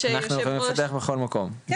אנחנו יכולים לפתח בכל מקום?